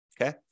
okay